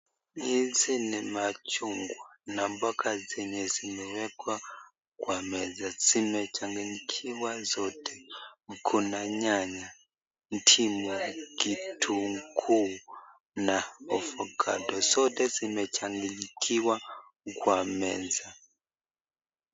Hizi ni machungwa na mboga zenye zimewekwa kwa meza. Zimechanganyikiwa zote kuna nyanya, ndimu, vitunguu na ovacado zote zimechanganyikiwa kwa meza.